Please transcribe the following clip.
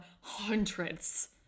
hundreds